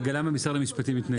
למה משרד המשפטים מתנגד?